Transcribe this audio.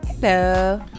Hello